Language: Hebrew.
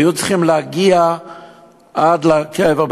היו צריכים להגיע עד לקבר,